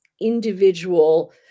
individual